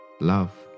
love